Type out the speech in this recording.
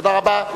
תודה רבה.